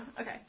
Okay